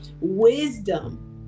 wisdom